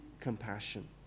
compassion